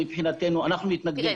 אנחנו מתנגדים כמשרד.